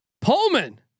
Pullman